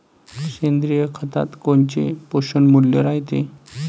सेंद्रिय खतात कोनचे पोषनमूल्य रायते?